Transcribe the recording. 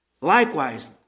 Likewise